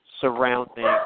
surrounding